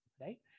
right